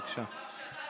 בבקשה.